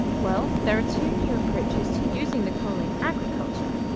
well, there are two new approaches to using the coal in agriculture,